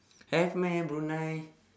have meh brunei